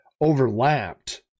overlapped –